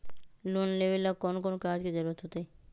Loan लेवेला कौन कौन कागज के जरूरत होतई?